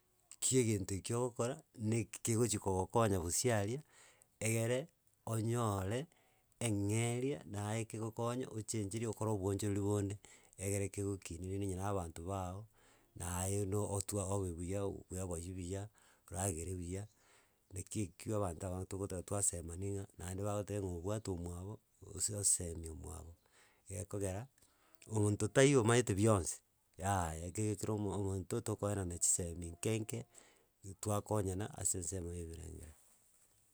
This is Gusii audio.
Kia egento ekio ogokora, neki kegochi kogokonya bosio aria egere, onyooore eng'eria, naye kigokonye ochenchiri okore obwochorori bonde, egere kegokinie rende onye na abanto bago, naye no otwa obe buya, bweboyie buya, oragere buya, naki ekio abanto abange togotaka twasemani ng'a naende bagoteba ng'a obwate omwabo, ose osemi omwabo egekogera, monto taiyo omayete bionsi, yaya ke kera omo omonto, tokoenana chisemi nke nke twakonyana ase ensemo ya ebirengererio.